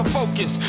focus